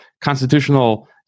constitutional